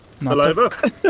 Saliva